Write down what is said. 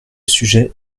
sujet